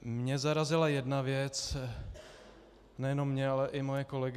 Mě zarazila jedna věc nejenom mě, ale i mé kolegy.